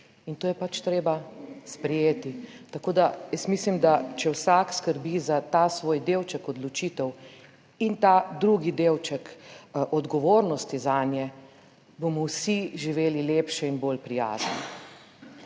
in to je pač treba sprejeti. Tako, da jaz mislim, da če vsak skrbi za ta svoj delček odločitev in ta drugi delček odgovornosti zanje, bomo vsi živeli lepše in bolj prijazno.